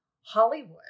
Hollywood